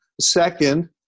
Second